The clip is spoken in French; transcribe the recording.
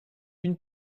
une